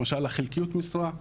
למשל חלקיות משרה.